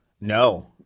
No